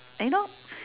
you know